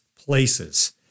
places